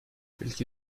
welche